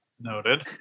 noted